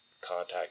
contact